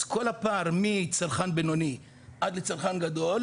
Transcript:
אז כל הפער מצרכן בינוני עד לצרכן גדול,